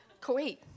Kuwait